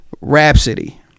rhapsody